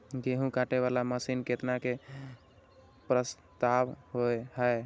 गेहूँ काटे वाला मशीन केतना के प्रस्ताव हय?